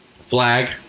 Flag